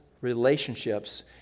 relationships